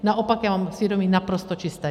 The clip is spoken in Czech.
Naopak já mám svědomí naprosto čisté.